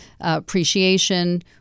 appreciation